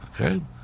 Okay